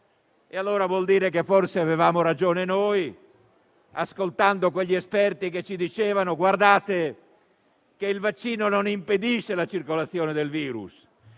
Questo vuol dire che forse avevamo ragione noi, ascoltando quegli esperti che ci dicevano che il vaccino non impedisce la circolazione del virus,